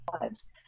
lives